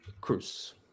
cruz